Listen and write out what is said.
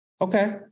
Okay